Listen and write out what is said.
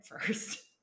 first